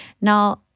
Now